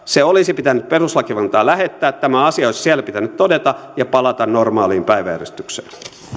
se olisi pitänyt perustuslakivaliokuntaan lähettää tämä asia olisi siellä pitänyt todeta ja palata normaaliin päiväjärjestykseen